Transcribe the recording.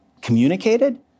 communicated